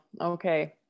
Okay